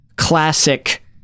classic